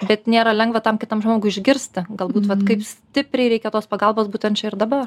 bet nėra lengva tam kitam žmogui išgirsti galbūt vat kaip stipriai reikia tos pagalbos būtent čia ir dabar